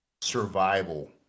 Survival